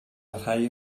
rhai